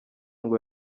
ngo